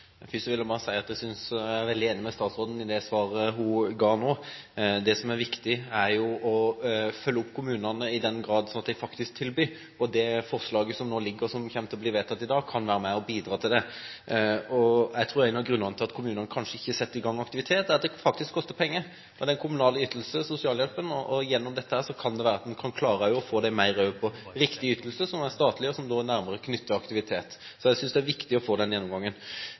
Først vil jeg bare si at jeg er veldig enig med statsråden i det svaret hun ga nå. Det som er viktig, er å følge opp kommunene i den grad de faktisk tilbyr noe. Det forslaget som nå foreligger, og som kommer til å bli vedtatt i dag, kan være med på å bidra til det. Jeg tror at en av grunnene til at kommunene kanskje ikke setter i gang aktivitet, er at det faktisk koster penger. Sosialhjelpen er jo en kommunal ytelse, og gjennom dette kan en også klare å få riktig ytelse, som er statlig, og som knyttes nærmere til aktivitet. Så jeg synes det er viktig å få den gjennomgangen.